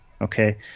Okay